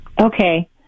Okay